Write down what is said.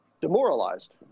demoralized